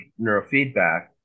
neurofeedback